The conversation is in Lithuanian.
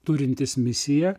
turintis misiją